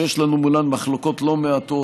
שיש לנו מולן מחלוקות לא מעטות,